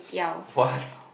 what